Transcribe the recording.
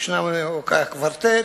הקוורטט.